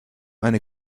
eine